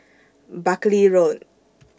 Buckley Road